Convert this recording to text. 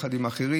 יחד עם אחרים,